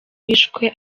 wishwe